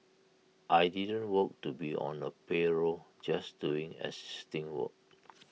I didn't want to be on A payroll just doing existing work